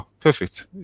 perfect